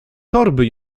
torby